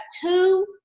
two